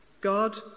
God